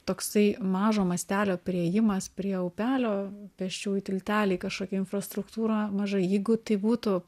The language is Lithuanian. toksai mažo mastelio priėjimas prie upelio pėsčiųjų tilteliai kažkokia infrastruktūra maža jeigu tai būtų